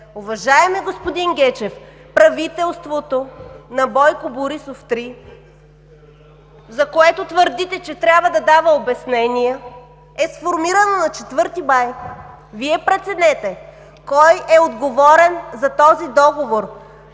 Уважаеми господин Гечев, правителството на Бойко Борисов 3, за което твърдите, че трябва да дава обяснение, е сформирано на 4 май. Вие преценете, кой е отговорен за този Договор